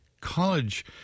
college